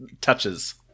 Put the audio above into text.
touches